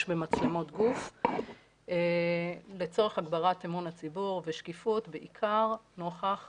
במצלמות גוף לצורך הגברת אמון הציבור ושקיפות בעיקר נוכח